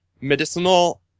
medicinal